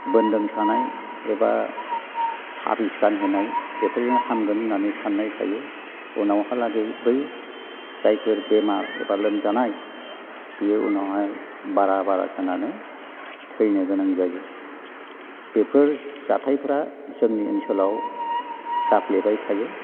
बोन्दों सानाय एबा थाबिस गानहोनाय बेफोरजों हामगोन होननानै साननाय थायो उनावहालागै बै जायफोर बेमार एबा लोमजानाय बियो उनावहाय बारा बारा जानानै थैनो गोनां जायो बेफोर जाथायफ्रा जोंनि ओनसोलाव जाफ्लेबाय थायो